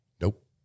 Nope